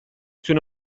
تونه